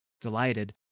Delighted